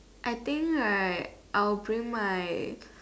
I think right I'll bring my